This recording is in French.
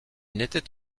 n’était